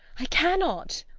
i cannot!